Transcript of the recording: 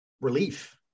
relief